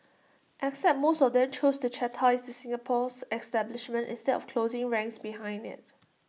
except most of them chose to chastise the Singapore's establishment instead of closing ranks behind IT